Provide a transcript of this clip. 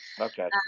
Okay